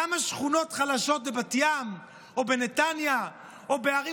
למה שכונות חלשות בבת ים או בנתניה או בערים